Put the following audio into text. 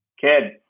kid